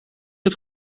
het